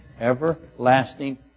Everlasting